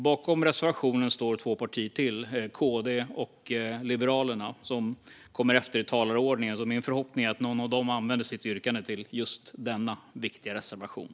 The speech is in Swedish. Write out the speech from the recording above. Bakom reservationen står två partier till, Kristdemokraterna och Liberalerna som kommer efter mig i talarordningen, så min förhoppning är att någon av dem använder sitt yrkande till just denna viktiga reservation.